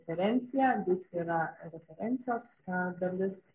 referencija deiksė yra referencijos na dalis